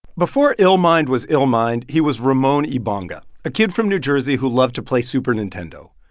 before illmind was illmind, he was ramon ibanga, a kid from new jersey who loved to play super nintendo,